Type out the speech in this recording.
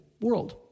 world